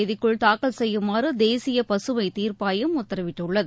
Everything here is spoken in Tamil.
தேதிக்குள் தாக்கல் செய்யுமாறு தேசிய பசுமைத் தீர்ப்பாயம் உத்தரவிட்டுள்ளது